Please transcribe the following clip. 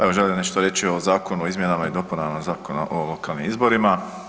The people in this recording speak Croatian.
Evo, želim nešto reći o Zakonu o izmjenama i dopunama Zakona o lokalnim izborima.